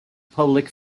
public